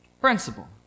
principle